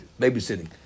babysitting